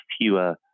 fewer